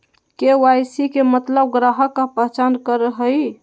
KYC के मतलब ग्राहक का पहचान करहई?